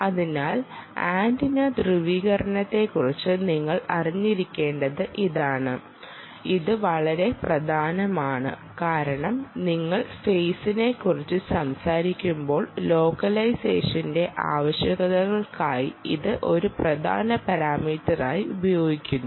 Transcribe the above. അതിനാൽ ആന്റിന ധ്രുവീകരണത്തെക്കുറിച്ച് നിങ്ങൾ അറിഞ്ഞിരിക്കേണ്ടത് ഇതാണ് ഇത് വളരെ പ്രധാനമായത് കാരണം നിങ്ങൾ ഫെയ്സിനെക്കുറിച്ച് സംസാരിക്കുമ്പോൾ ലോക്കലൈസേഷന്റെ ആവശ്യകതകൾക്കായി ഇത് ഒരു പ്രധാന പാരാമീറ്ററായി ഉപയോഗിക്കുന്നു